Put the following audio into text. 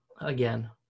again